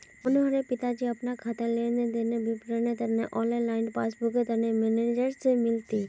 मनोहरेर पिताजी अपना खातार लेन देनेर विवरनेर तने ऑनलाइन पस्स्बूकर तने मेनेजर से मिलले